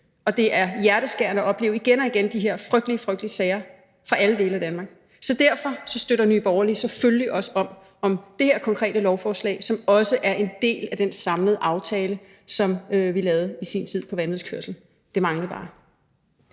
og det er hjerteskærende igen og igen at opleve de her frygtelige sager fra alle dele af Danmark. Så derfor støtter Nye Borgerlige selvfølgelig også op om det her konkrete lovforslag, som også er en del af den samlede aftale, som vi lavede i sin tid, om vanvidskørsel. Det manglede bare.